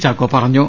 ചാക്കോ പറഞ്ഞു